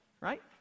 Right